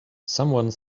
someone